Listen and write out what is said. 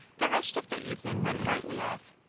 the rest of the evening went brightly off.